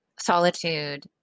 solitude